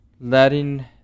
letting